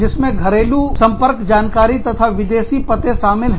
जिसमें घरेलू संपर्क जानकारी तथा विदेशी पते शामिल हैं